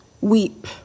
Weep